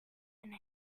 and